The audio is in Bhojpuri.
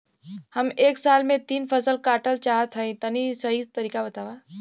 हम एक साल में तीन फसल काटल चाहत हइं तनि सही तरीका बतावा?